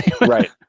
right